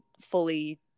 fully-